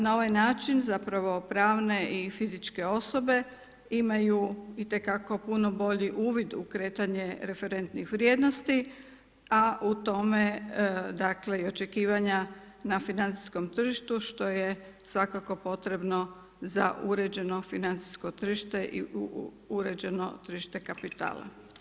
Na ovaj način zapravo pravne i fizičke osobe imaju itekako puno bolji uvid u kretanje referentnih vrijednosti a u tome dakle i očekivanja na financijskom tržištu što je svakako potrebno za uređeno financijsko tržište i uređeno tržište kapitala.